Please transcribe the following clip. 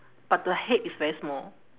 but the head is very small